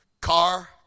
car